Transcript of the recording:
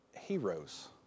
heroes